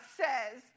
says